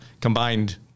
combined